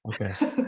okay